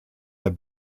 der